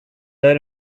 learn